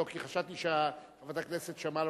חשבתי שחברת הכנסת שמאלוב-ברקוביץ,